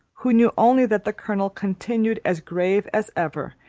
who knew only that the colonel continued as grave as ever,